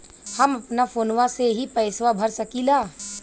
हम अपना फोनवा से ही पेसवा भर सकी ला?